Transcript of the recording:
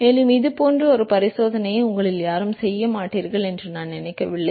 மேலும் இது போன்ற ஒரு பரிசோதனையை உங்களில் யாரும் செய்ய மாட்டீர்கள் என்று நான் நினைக்கவில்லை